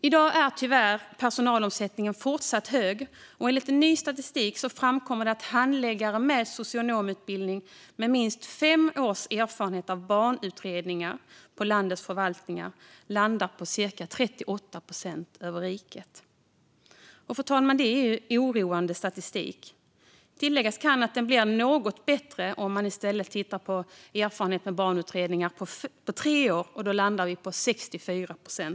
I dag är, tyvärr, personalomsättningen fortfarande hög, och enligt ny statistik framkommer att andelen handläggare med socionomutbildning med minst fem års erfarenhet av barnutredningar på landets förvaltningar landar på cirka 38 procent över riket. Det är oroande statistik, fru talman. Tilläggas kan att statistiken blir något bättre om man i stället tittar på andelen med tre års erfarenhet av barnutredningar. Då landar vi på 64 procent.